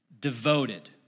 Devoted